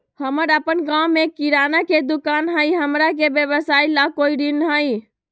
हमर अपन गांव में किराना के दुकान हई, हमरा के व्यवसाय ला कोई ऋण हई?